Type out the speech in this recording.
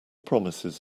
promises